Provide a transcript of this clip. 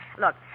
Look